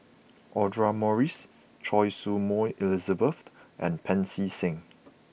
Audra Morrice Choy Su Moi Elizabeth and Pancy Seng